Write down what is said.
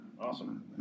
awesome